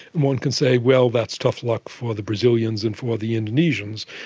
one can say, well, that's tough luck for the brazilians and for the indonesians,